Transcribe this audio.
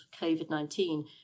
COVID-19